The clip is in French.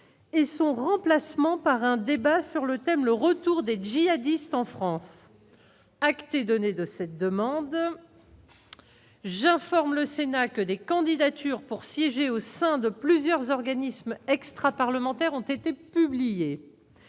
et son remplacement par un débat sur le thème : le retour des djihadistes en France acte donner de cette demande, j'informe le cénacle des candidatures pour siéger au sein de plusieurs organismes extraparlementaire ont été publiés